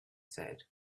said